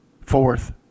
fourth